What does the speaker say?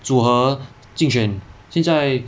组合竞选现在